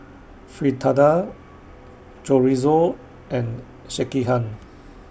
Fritada Chorizo and Sekihan